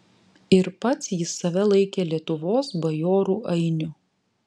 ir pats jis save laikė lietuvos bajorų ainiu